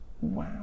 Wow